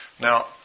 Now